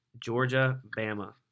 Georgia-Bama